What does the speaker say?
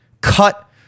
cut